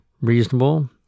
reasonable